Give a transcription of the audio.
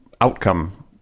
outcome